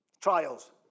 trials